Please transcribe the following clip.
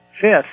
fifth